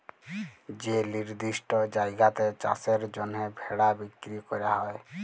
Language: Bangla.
যে লিরদিষ্ট জায়গাতে চাষের জ্যনহে ভেড়া বিক্কিরি ক্যরা হ্যয়